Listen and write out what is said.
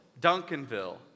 Duncanville